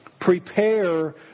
Prepare